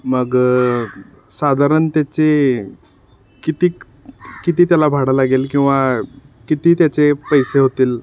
मग साधारण त्याचे किती किती त्याला भाडं लागेल किंवा किती त्याचे पैसे होतील